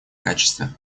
качестве